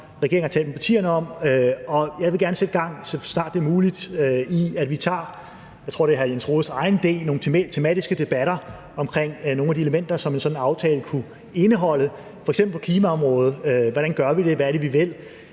regeringen har talt med partierne om. Jeg vil gerne, så snart det er muligt, sætte gang i, at vi tager, hvad jeg tror er hr. Jens Rohdes egen idé, nogle tematiske debatter omkring nogle af de elementer, som en sådan aftale kunne indeholde, f.eks. på klimaområdet – hvordan gør vi det? Hvad er det, vi vil?